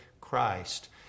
Christ